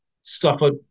suffered